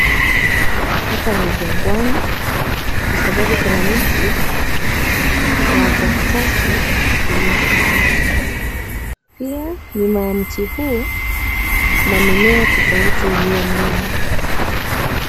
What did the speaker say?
Hapa ni jangwani kwa sababu kuna miti wa cactus ulioko hapa. Pia nyuma ya mti huu, kuna mimea tofauti iliyomea.